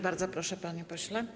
Bardzo proszę, panie pośle.